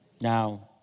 Now